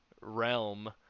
realm